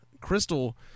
Crystal